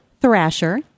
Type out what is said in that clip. Thrasher